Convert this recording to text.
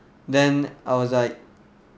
then I was like